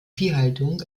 viehhaltung